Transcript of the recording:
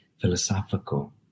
philosophical